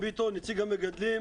נציג המגדלים,